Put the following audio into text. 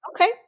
Okay